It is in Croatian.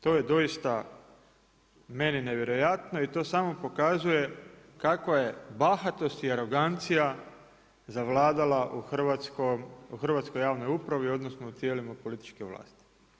To je doista meni nevjerojatno i to samo pokazuje kakva je bahatost i arogancija zavladala u hrvatskoj javnoj upravi, odnosno u tijelima političke vlasti.